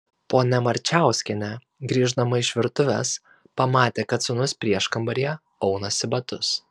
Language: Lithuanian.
ponia marčiauskienė grįždama iš virtuvės pamatė kad sūnus prieškambaryje aunasi batus